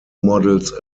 models